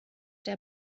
der